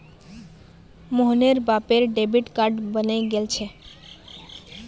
मोहनेर बापेर debit card बने गेल छे